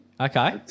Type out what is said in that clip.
Okay